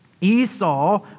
Esau